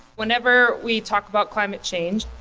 whenever we talk about climate change,